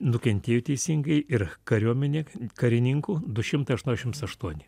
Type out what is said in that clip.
nukentėjo teisingai ir kariuomenė karininkų du šimtai aštuoniasdešims aštuoni